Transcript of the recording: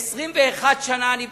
21 שנה אני בכנסת,